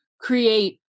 create